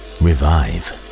revive